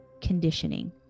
conditioning